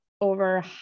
over